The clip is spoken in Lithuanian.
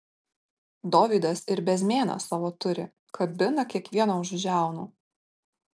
dovydas ir bezmėną savo turi kabina kiekvieną už žiaunų